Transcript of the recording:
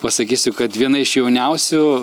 pasakysiu kad viena iš jauniausių